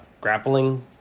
grappling